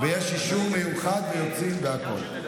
יש אישור מיוחד ויוצאים והכול.